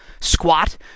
squat